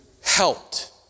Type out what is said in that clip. helped